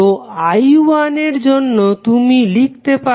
তো I1 এর জন্য তুমি লিখতে পারো